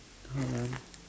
hold on